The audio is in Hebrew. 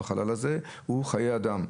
והחלל הזה הוא חיי אדם.